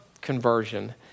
conversion